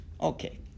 Okay